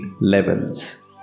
levels